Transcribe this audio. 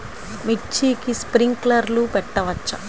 మిర్చికి స్ప్రింక్లర్లు పెట్టవచ్చా?